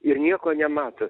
ir nieko nemato